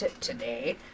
today